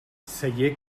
celler